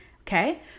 Okay